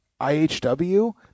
IHW